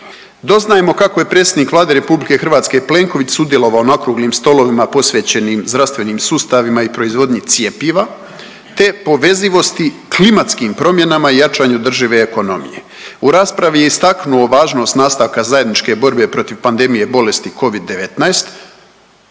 Doznajemo kako je predsjednik Vlade RH Plenković sudjelovao na okruglim stolovima posvećenim zdravstvenim sustavima i proizvodnji cjepiva te povezivosti klimatskim promjenama i jačanju održive ekonomije. U raspravi je istaknuo važnost nastavka zajedničke borbe protiv pandemije bolesti Covid-19,